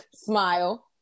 smile